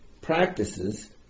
practices